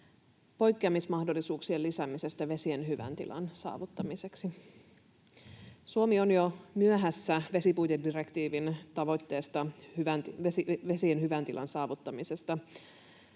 poikkeamismahdollisuuksien lisäämisestä vesien hyvän tilan saavuttamiseksi. Suomi on jo myöhässä vesipuitedirektiivin tavoitteesta vesien hyvän tilan saavuttamisesta.